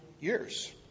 years